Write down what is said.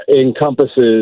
encompasses